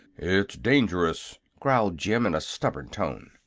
it's dangerous, growled jim, in a stubborn tone.